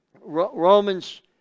Romans